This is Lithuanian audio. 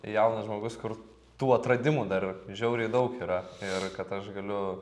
jaunas žmogus kur tų atradimų dar žiauriai daug yra ir kad aš galiu